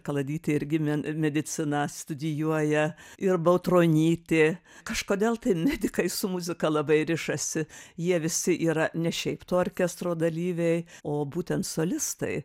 kaladytė irgi men mediciną studijuoja ir bautronytė kažkodėl tai medikai su muzika labai rišasi jie visi yra ne šiaip to orkestro dalyviai o būtent solistai